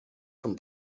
from